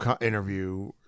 interview